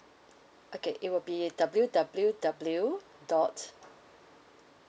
okay it will be W W W dot